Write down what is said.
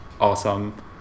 awesome